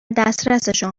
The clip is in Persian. دسترسشان